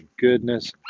goodness